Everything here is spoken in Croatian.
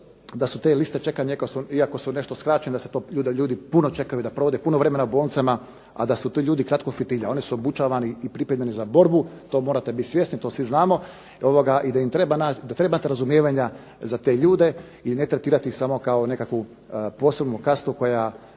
da su te liste čekanja, iako su nešto skraćene, da se to, da ljudi puno čekaju, da provode puno vremena u bolnicama, a da su ti ljudi kratkog fitilja. Oni su obučavani i pripremani za borbu, to morate biti svjesni, to svi znamo i da im treba naći, da trebate razumijevanja za te ljude i ne tretirati ih samo kao nekakvu posebnu kastu koja